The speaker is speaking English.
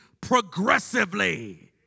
progressively